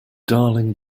darling